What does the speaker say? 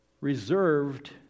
reserved